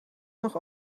nog